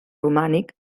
romànic